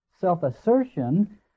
self-assertion